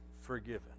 forgiven